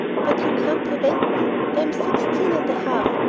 but you can't prevent me. i'm sixteen and a half,